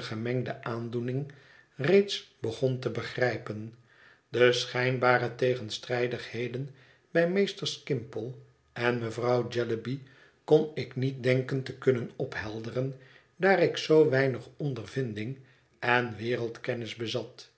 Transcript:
deze gemengde aandoening reeds begon te begrijpen de schijnbare tegenstrijdigheden bij meester skimpole en mevrouw jellyby kon ik niet denken te kunnen ophelderen daar ik zoo weinig ondervinding en wereldkennis bezat